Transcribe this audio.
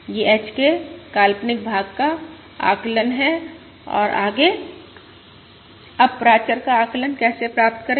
यह H के काल्पनिक भाग का आकलन है और आगे अब प्राचर का आकलन कैसे प्राप्त करें